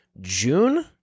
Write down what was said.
June